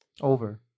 Over